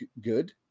good